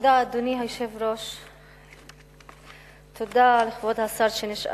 אדוני היושב-ראש, תודה, תודה לכבוד השר שנשאר,